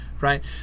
right